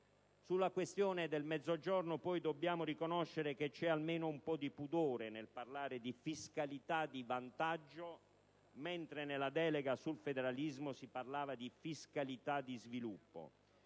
Sulla questione del Mezzogiorno dobbiamo riconoscere che c'è almeno un po' di pudore nel parlare di fiscalità di vantaggio, mentre nella delega sul federalismo si parlava di fiscalità di sviluppo.